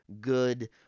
good